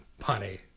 punny